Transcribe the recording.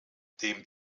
dem